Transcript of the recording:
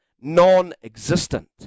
Non-existent